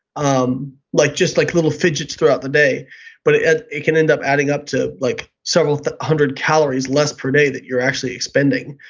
um like just like little fidgets throughout the day but it ah it can end up adding up to like several hundred calories less per day that you're actually spending.